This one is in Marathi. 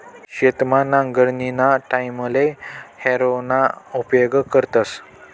शेतमा नांगरणीना टाईमले हॅरोना उपेग करतस